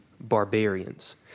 barbarians